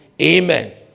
Amen